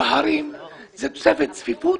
בהרים זו תוספת צפיפות